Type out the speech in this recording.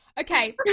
Okay